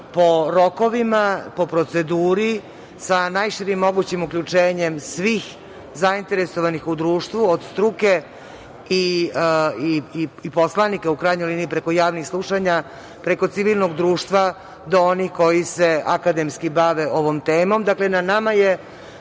po rokovima, po proceduri sa najširim mogućim uključenjem svih zainteresovanih u društvu od struke i poslanika u krajnjoj liniji preko javnih slušanja, preko civilnog društva do onih koji se akademski bave ovom temom. Dakle,